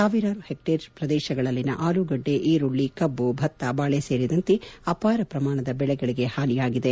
ಸಾವಿರಾರು ಹೆಕ್ವೇರ್ ಪ್ರದೇಶದಲ್ಲಿನ ಆಲೂಗಡ್ಡೆ ಈರುಳ್ಳಿ ಕಬ್ಬು ಭತ್ತ ಬಾಳೆ ಸೇರಿದಂತೆ ಅಪಾರ ಪ್ರಮಾಣದ ಬೆಳೆಗಳಿಗೆ ಹಾನಿಯಾಗಿದೆ